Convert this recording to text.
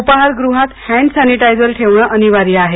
उपाहारगृहांत hand sanitizer ठेवणं अनिवार्य आहे